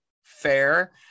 fair